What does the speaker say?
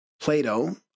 Plato